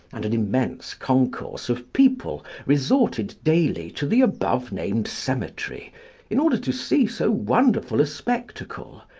and an immense concourse of people resorted daily to the above-named cemetery in order to see so wonderful a spectacle,